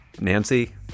Nancy